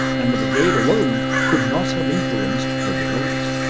and the brigade alone could not have influenced the result.